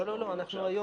כמו שאתה אומר עכשיו.